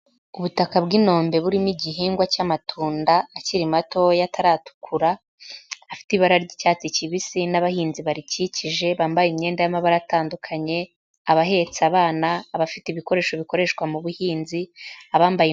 Ubutaka bw'inombe burimo igihingwa cy'amatunda akiri matoya atari atukura, afite ibara ry'icyatsi kibisi, n'abahinzi barikikije bambaye imyenda y'amabara atandukanye, abahetse abana, abafite ibikoresho bikoreshwa mu buhinzi, abambaye..